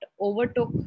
overtook